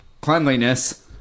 cleanliness